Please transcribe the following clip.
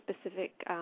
specific